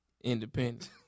Independent